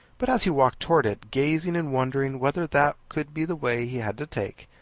but as he walked towards it, gazing, and wondering whether that could be the way he had to take,